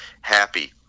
happy